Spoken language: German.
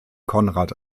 konrad